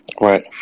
right